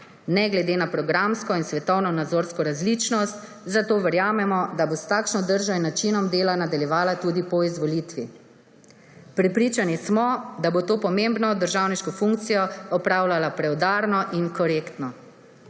ne glede na programsko in svetovno nazorsko različnost, zato verjamemo, da bo s takšno držo in načinom dela nadaljevala tudi po izvolitvi. Prepričani smo, da bo to pomembno državniško funkcijo opravljala preudarno in korektno.